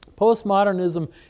postmodernism